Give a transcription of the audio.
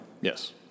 Yes